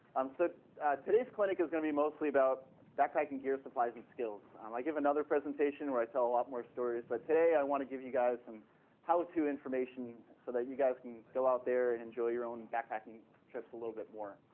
um so today's clinic is going to be mostly about backpacking gear, supplies, and skills. um i give another presentation where i tell a lot more stories, but today, i want to give you guys some how-to information so that you guys can go out there and enjoy your own backpacking trips a little bit more.